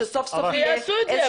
שסוף סוף יהיה --- שיעשו את זה,